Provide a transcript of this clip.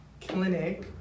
clinic